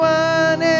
one